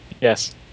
Yes